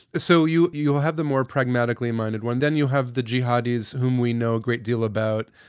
so you you will have the more pragmatically minded one. then you have the jihadis whom we know a great deal about,